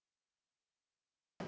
okay